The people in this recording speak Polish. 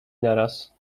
naraz